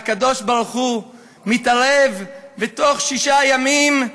הקדוש-ברוך-הוא מתערב, ותוך שישה ימים,